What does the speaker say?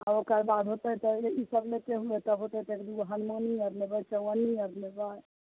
तब ओकर बाद होतय तऽ ई सभ लेते हुए तब होतय तऽ एक दुगो हलुमानी आर लेबय चवन्नी आर लेबय